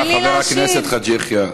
תודה, חבר הכנסת חאג' יחיא.